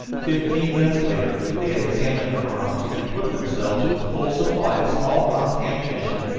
fifteen minutes later they had examined their arms and equipped themselves with a full supply of small-arms ammunition,